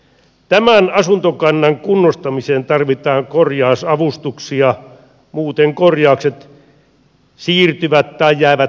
tämän asuntokannan kunnostamiseen tarvitaan korjausavustuksia muuten korjaukset siirtyvät tai jäävät tekemättä